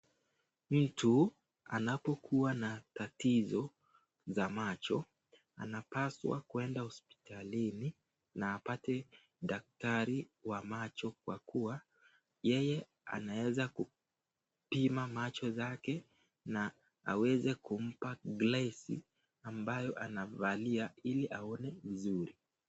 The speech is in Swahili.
Mtu anapo kuwa na tatizo za macho, anapaswa kwenda hospitalini na apate daktari wa macho kwa kuwa yeye anaweza kupima macho zake na aweze kumpa glazi ambayo anavalia Ili aone vizuri.